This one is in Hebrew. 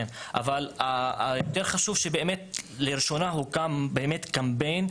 אבל מה שיותר חשוב הוא שבאמת לראשונה הוקם קמפיין,